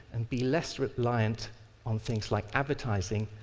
and be less reliant on things like advertising,